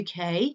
uk